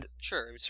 Sure